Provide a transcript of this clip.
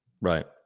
Right